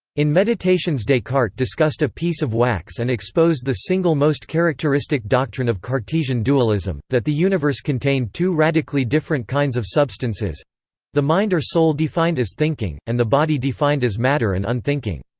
in meditations descartes discussed a piece of wax and exposed the single most characteristic doctrine of cartesian dualism that the universe contained two radically different kinds of substances the mind or soul defined as thinking, and the body defined as matter and unthinking.